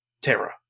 Terra